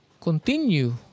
continue